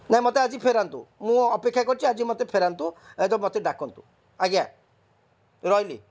ନାହିଁ ମୋତେ ଆଜି ଫେରାନ୍ତୁ ମୁଁ ଅପେକ୍ଷା କରିଛି ଆଜି ମୋତେ ଫେରାନ୍ତୁ ଆଇଦର୍ ମୋତେ ଡ଼ାକନ୍ତୁ ଆଜ୍ଞା ରହିଲି